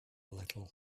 little